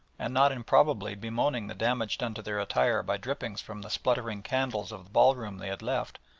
and not improbably bemoaning the damage done to their attire by drippings from the spluttering candles of the ballroom they had left,